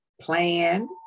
plan